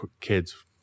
kids